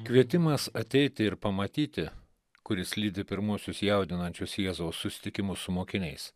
kvietimas ateiti ir pamatyti kuris lydi pirmuosius jaudinančius jėzaus susitikimus su mokiniais